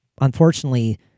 unfortunately